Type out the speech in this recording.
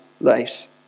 lives